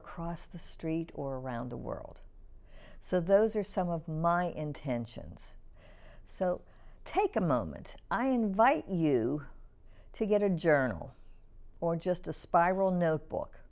across the street or around the world so those are some of my intentions so take a moment i invite you to get a journal or just a spiral notebook